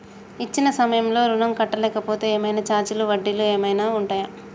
ఇచ్చిన సమయంలో ఋణం కట్టలేకపోతే ఏమైనా ఛార్జీలు వడ్డీలు ఏమైనా ఉంటయా?